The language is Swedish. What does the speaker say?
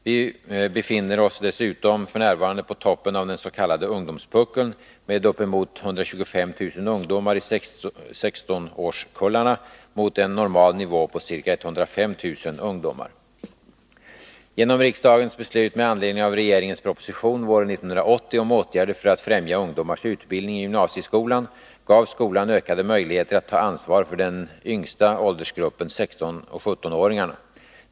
Vi befinner oss dessutom f. n. på toppen av den s.k. ungdomspuckeln med uppemot 125 000 ungdomar i 16-årskullarna, mot en normal nivå på ca 105 000 ungdomar. Genom riksdagens beslut med anledning av regeringens proposition våren 1980 om åtgärder för att främja ungdomars utbildning i gymnasieskolan gavs skolan ökade möjligheter att ta ansvar för den yngsta åldersgruppen, 16 och 17-åringarna.